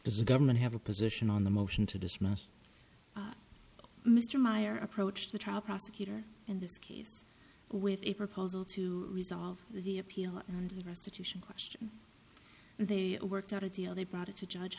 does the government have a position on the motion to dismiss mr meyer approached the trial prosecutor in this case with a proposal to resolve the appeal on the restitution question and they worked out a deal they brought a judge